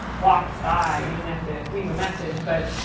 walked by. you didn't have to leave a message, but.